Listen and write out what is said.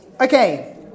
Okay